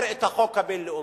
מי כאן מפר את החוק הבין-לאומי